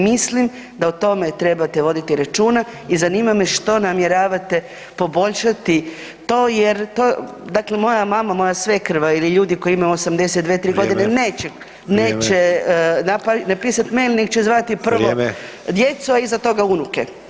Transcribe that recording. Mislim da o tome trebate voditi računa i zanima me što namjeravate poboljšati to jer to, dakle moja mama, moja svekrva ili ljudi koji imaju 80 dvije, tri godine neće [[Upadica: Vrijeme.]] napisati mail nego će zvati [[Upadica: Vrijeme.]] prvo djecu, a iza toga unuke.